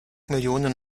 millionen